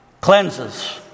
cleanses